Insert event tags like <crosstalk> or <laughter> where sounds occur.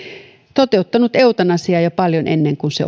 toteuttanut eutanasiaa jo paljon ennen kuin se <unintelligible>